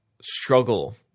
struggle